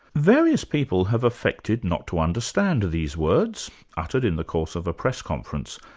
various people have affected not to understand these words, uttered in the course of a press conference,